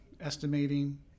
Estimating